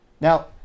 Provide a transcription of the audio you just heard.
Now